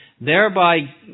thereby